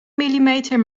millimeter